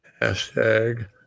Hashtag